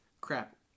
Crap